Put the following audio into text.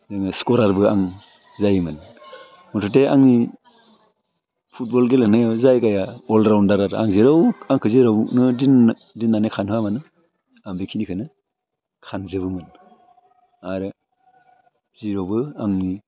बिदिनो स्क'रारबो आं जायोमोन मुथ'ते आंनि फुटबल गेलेनायाव जायगाया अल राउण्डार आरो आं जेराव आंखौ जेरावनो दोननानै खारनो होबानो आं बेखिनिखौनो खारजोबोमोन आरो जेरावबो आं